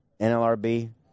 NLRB